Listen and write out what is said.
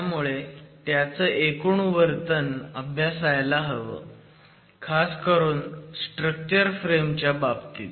त्यामुळे त्याचं एकूण वर्तन अभ्यासायला हवं खास करून स्ट्रक्चर फ्रेम च्या बाबतीत